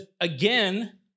again